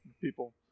People